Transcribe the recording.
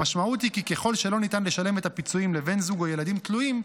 המשמעות היא כי ככל שלא ניתן לשלם את הפיצויים לבן זוג או ילדים תלויים,